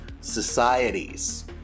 societies